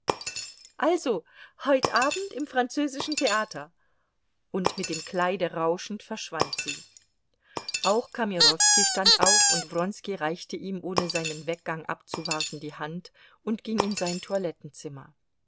also heut abend im französischen theater und mit dem kleide rauschend verschwand sie auch kamerowski stand auf und wronski reichte ihm ohne seinen weggang abzuwarten die hand und ging in sein